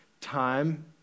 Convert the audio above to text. time